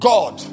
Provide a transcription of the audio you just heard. God